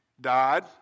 died